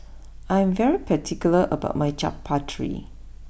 I am particular about my Chaat Papri